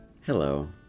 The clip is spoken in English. Hello